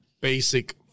basic